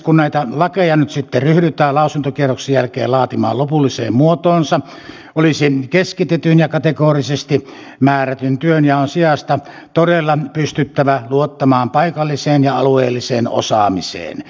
kun näitä lakeja nyt sitten ryhdytään lausuntokierroksen jälkeen laatimaan lopulliseen muotoonsa olisi keskitetyn ja kategorisesti määrätyn työnjaon sijasta todella pystyttävä luottamaan paikalliseen ja alueelliseen osaamiseen